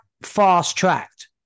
fast-tracked